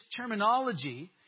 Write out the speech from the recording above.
terminology